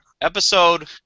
episode